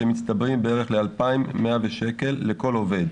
שמצטברים בערך ל-2,100 שקלים לכל עובד